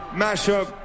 mashup